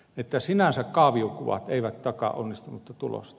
eli sinänsä kaaviokuvat eivät takaa onnistunutta tulosta